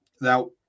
now